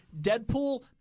Deadpool